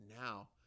now